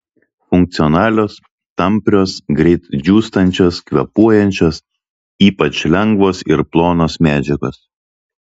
funkcionalios tamprios greit džiūstančios kvėpuojančios ypač lengvos ir plonos medžiagos